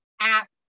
app